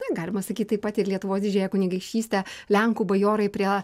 na galima sakyt taip pat ir lietuvos didžiąją kunigaikštystę lenkų bajorai prie